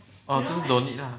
oh 就是 don't need lah